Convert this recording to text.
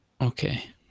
okay